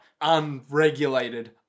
Unregulated